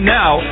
now